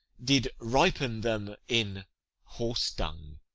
did ripen them in horse-dung.